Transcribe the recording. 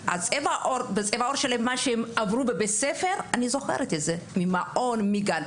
אני זוכרת את מה שהם עברו בבית הספר בגלל צבע העור.